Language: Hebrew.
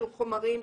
של חומרים,